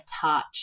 touch